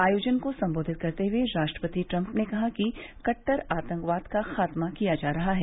आयोजन को सम्बोधित करते हुए राष्ट्रपति ट्रम्प ने कहा कि कट्टर आतंकवाद का खात्मा किया जा रहा है